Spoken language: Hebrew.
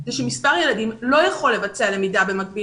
היא שמספר ילדים לא יכול לבצע למידה במקביל